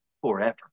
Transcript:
forever